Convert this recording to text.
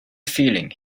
feeling